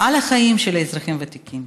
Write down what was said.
על החיים של האזרחים הוותיקים,